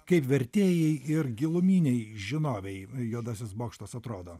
kaip vertėjai ir giluminei žinovei juodasis bokštas atrodo